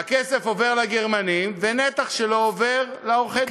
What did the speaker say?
הכסף עובר לגרמנים, ונתח שלא עובר, לעורכי-הדין.